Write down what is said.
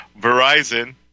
Verizon